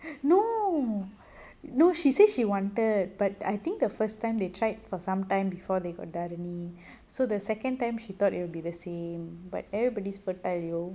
no no she says she wanted but I think the first time they tried for some time before they got tharani so the second time she thought it would be the same but everybody's fertile yo